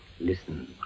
Listen